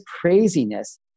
craziness